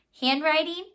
handwriting